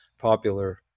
popular